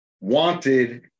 wanted